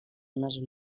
unes